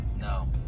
No